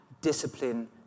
discipline